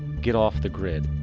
get off the grid.